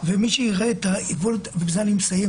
מי שיראה את היבול הפסיקתי,